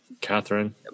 Catherine